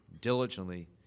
diligently